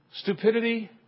Stupidity